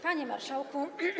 Panie Marszałku!